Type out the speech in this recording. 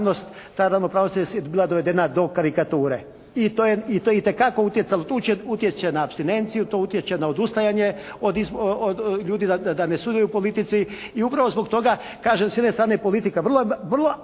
ta ravnopravnost je bila dovedena do karikature. I to je itekako utjecalo, to utječe na apstinenciju, to utječe na odustajanje od ljudi da ne sudjeluju u politici i upravo zbog toga kažem s jedne strane je politika vrlo